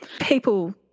People